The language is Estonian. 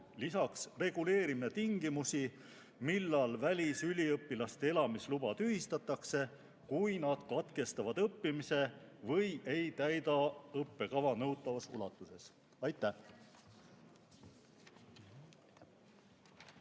Lisaks reguleerime tingimusi, millal välisüliõpilaste elamisluba tühistatakse, kui nad katkestavad õppimise või ei täida õppekava nõutavas ulatuses. Aitäh!